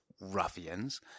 ruffians